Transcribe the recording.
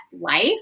life